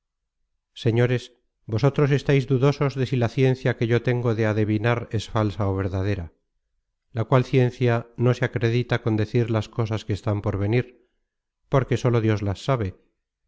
señores vosotros estáis dudosos de si la ciencia que yo tengo de adevinar es falsa ó verdadera la cual ciencia no se acredita con decir las cosas que están por venir porque solo dios las sabe